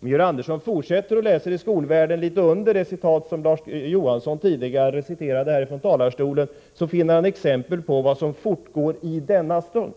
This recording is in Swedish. Om Georg Andersson fortsätter att läsa i Skolvärlden litet under det stycke som Larz Johansson tidigare citerade här i talarstolen, finner han exempel på vad som fortgår i denna stund.